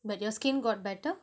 but your skin got better